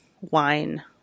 wine